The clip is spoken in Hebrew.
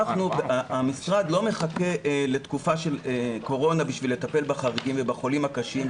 המשרד לא מחכה לתקופה של קורונה בשביל לטפל בחריגים ובחולים הקשים,